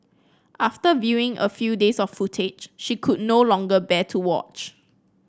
after viewing a few days of footage she could no longer bear to watch